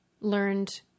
learned